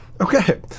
Okay